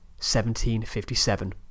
1757